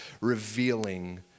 revealing